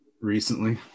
recently